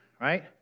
right